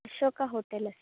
Ashoka hotel अस्ति